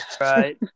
Right